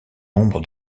nombre